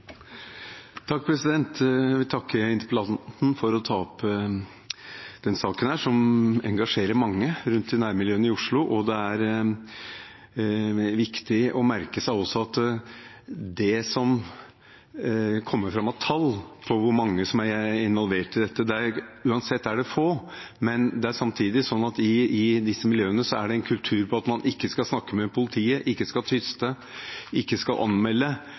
nærmiljøene i Oslo. Det er også viktig å merke seg når det gjelder tall over hvor mange som er involvert i dette, at det uansett er få. Men samtidig er det en kultur i disse miljøene for at man ikke skal snakke med politiet, ikke skal tyste, ikke skal